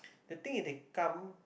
the thing is they come